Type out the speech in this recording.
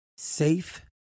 safe